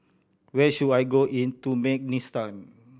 where should I go in Turkmenistan